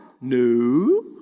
No